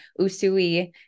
Usui